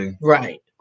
Right